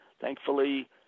thankfully